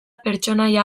pertsonaia